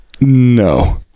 no